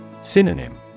Synonym